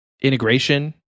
integration